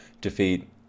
defeat